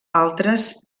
altres